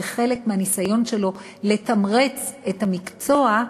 כחלק מהניסיון לתמרץ את המקצוע,